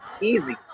easy